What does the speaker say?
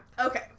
Okay